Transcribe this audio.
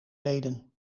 leden